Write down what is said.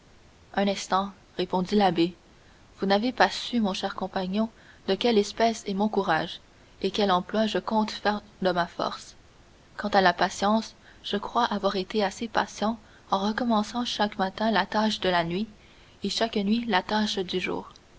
un instant répondit l'abbé vous n'avez pas su mon cher compagnon de quelle espèce est mon courage et quel emploi je compte faire de ma force quand à la patience je crois avoir été assez patient en recommençant chaque matin la tâche de la nuit et chaque nuit la tâche du jour